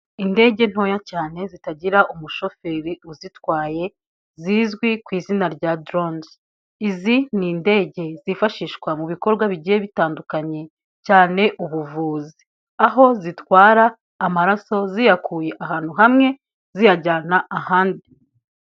Indege ntoya cyane zitagira umushoferi uzitwaye zizwi ku izina rya doronizi, izi ni indege zifashishwa mu bikorwa bigiye bitandukanye cyane ubuvuzi aho zitwara amaraso ziyakuye ahantu hamwe ziyajyana ahandi.